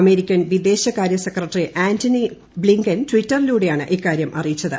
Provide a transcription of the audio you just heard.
American വിദേശ കാര്യ secretary Antony Blinken ട്വിറ്ററിലൂടെയാണ് ഇക്കാരൃം അറിയിച്ചത്